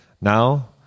Now